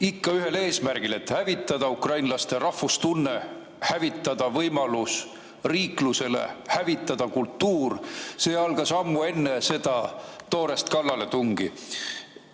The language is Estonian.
ikka ühel eesmärgil, et hävitada ukrainlaste rahvustunne, hävitada võimalus riiklusele, hävitada kultuur. See algas ammu enne seda toorest kallaletungi.